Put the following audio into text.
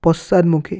পশ্চাদমুখী